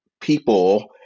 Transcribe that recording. people